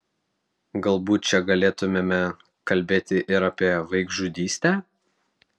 galbūt čia galėtumėme kalbėti ir apie vaikžudystę